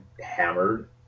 hammered